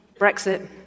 Brexit